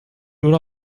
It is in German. oder